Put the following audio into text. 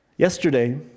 Yesterday